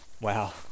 wow